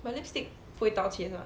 but lipstick 不会到期是吗